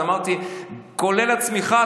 אז אמרתי, כולל הצמיחה?